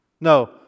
No